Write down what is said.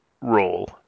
role